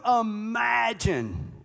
imagine